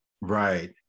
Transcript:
Right